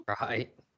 right